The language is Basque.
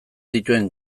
dituen